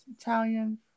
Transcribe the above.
Italian